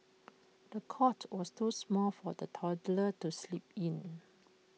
the cot was too small for the toddler to sleep in